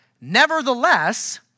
Nevertheless